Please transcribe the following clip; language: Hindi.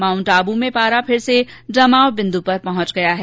माउंट आब्र में पारा फिर से जमाव बिन्द्र पर पहुंच गया है